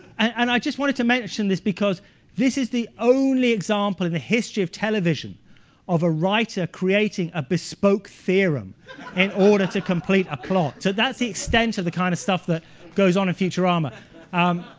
and i just wanted to mention this because this is the only example in the history of television of a writer creating a bespoke theorem in order to complete a plot. so that's the extent of the kind of stuff that goes on in futurama.